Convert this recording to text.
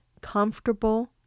comfortable